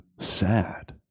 sad